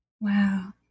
Wow